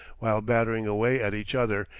while battering away at each other,